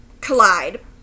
collide